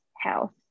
health